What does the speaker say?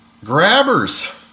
Grabbers